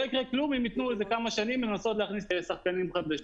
לא יקרה כלום אם יתנו איזה כמה שנים לנסות להכניס שחקנים חדשים.